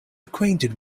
acquainted